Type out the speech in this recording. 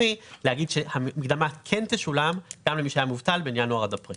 להגיד שהמקדמה כן תשולם גם למי שהיה מובטל מינואר עד אפריל.